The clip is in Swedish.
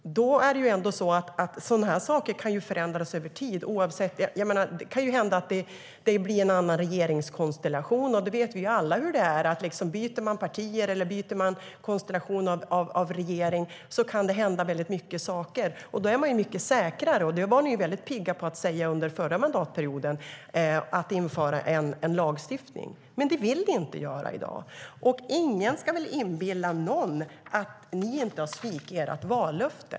Sådana saker kan förändras över tid. Det kan hända att det blir en annan regeringskonstellation. Vi vet alla hur det är. Byter man partier eller konstellationen i en regering kan det hända väldigt mycket saker. Ni var under förra mandatperioden väldigt pigga på att införa en lagstiftning. Men det vill ni inte göra i dag. Ingen kan väl inbilla någon att ni inte har svikit ert vallöfte.